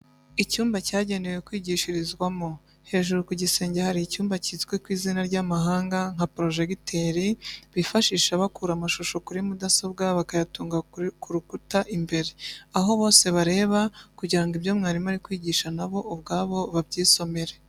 Icyumba cyagenewe kwigishirizwamo. Hejuru ku gisenge hari icyuma kizwi ku izina ry'amahanga nka porojegiteri bifashisha bakura amashusho kuri mudasobwa bakayatunga ku rukuta imbere, aho bose bareba kugira ngo ibyo mwarimu ari kwigisha na bo ubwabo babyisomere.